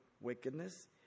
wickedness